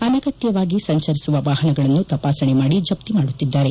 ಅನಗತ್ತವಾಗಿ ಸಂಚರಿಸುವ ವಾಪನಗಳನ್ನು ತಪಾಸಣೆ ಮಾಡಿ ಜಪ್ತಿ ಮಾಡುತ್ತಿದ್ದಾರೆ